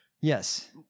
Yes